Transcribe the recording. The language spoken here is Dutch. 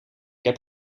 heb